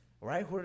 Right